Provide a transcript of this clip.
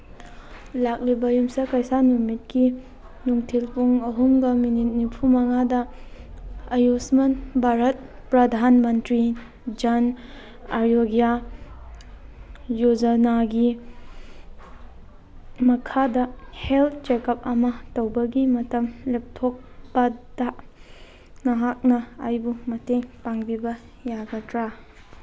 ꯂꯥꯛꯂꯤꯕ ꯌꯨꯝꯁꯀꯩꯁ ꯅꯨꯃꯤꯠꯀꯤ ꯅꯨꯡꯊꯤꯜ ꯄꯨꯡ ꯑꯍꯨꯝꯒ ꯃꯤꯅꯤꯠ ꯅꯤꯐꯨ ꯃꯉꯥꯗ ꯑꯌꯨꯁꯃꯥꯟ ꯚꯥꯔꯠ ꯄ꯭ꯔꯙꯥꯟ ꯃꯟꯇ꯭ꯔꯤ ꯖꯟ ꯑꯔꯣꯒ꯭ꯌꯥ ꯌꯣꯖꯅꯥꯒꯤ ꯃꯈꯥꯗ ꯍꯦꯜꯠ ꯆꯦꯀꯞ ꯑꯃ ꯇꯧꯒꯤ ꯃꯇꯝ ꯂꯦꯞꯊꯣꯛꯄꯗ ꯅꯍꯥꯛꯅ ꯑꯩꯕꯨ ꯃꯇꯦꯡ ꯄꯥꯡꯕꯤꯕ ꯌꯥꯒꯗ꯭ꯔꯥ